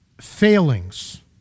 failings